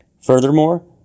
Furthermore